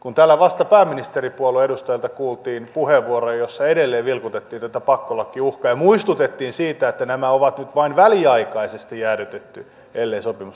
kun täällä vasta pääministeripuolue edustajilta kuultiin puheenvuoroja joissa edelleen vilkutettiin tätä pakkolakiuhkaa ja muistutettiin siitä että nämä on nyt vain väliaikaisesti jäädytetty ellei sopimusta tule